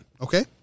Okay